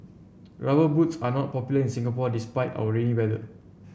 rubber boots are not popular in Singapore despite our rainy weather